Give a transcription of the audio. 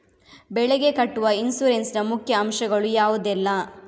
ಬೆಳೆಗೆ ಕಟ್ಟುವ ಇನ್ಸೂರೆನ್ಸ್ ನ ಮುಖ್ಯ ಅಂಶ ಗಳು ಯಾವುದೆಲ್ಲ?